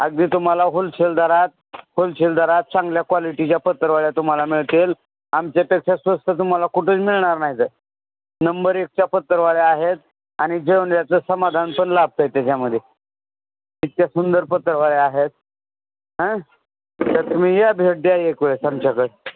अगदी तुम्हाला होलसेल दरात होलसेल दरात चांगल्या क्वालिटीच्या पत्रावळ्या तुम्हाला मिळतील आमच्यापेक्षा स्वस्त तुम्हाला कुठेच मिळणार नाहीत नंबर एकच्या पत्रावळ्या आहेत आणि जेवल्याचं समाधानपण लाभतं आहे त्याच्यामध्ये इतके सुंदर पत्रावळ्या आहेत आ तर तुम्ही या भेट द्या एक वेळेस आमच्याकडे